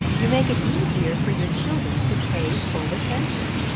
you make it easier for your children to pay full attention.